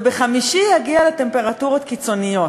ובחמישי יגיע לטמפרטורות קיצוניות.